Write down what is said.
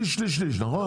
שליש-שליש-שליש, נכון?